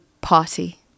party